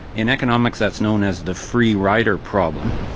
in economics that is known as the free rider problem.